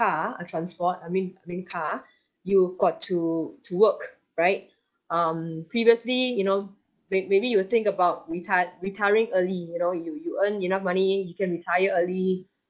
car a transport I mean I mean car you've got to to work right um previously you know may maybe you will think about retire retiring early you know you you earn enough money you can retire early